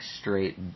straight